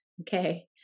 okay